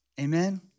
Amen